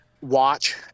watch